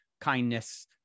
kindness